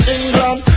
England